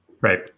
right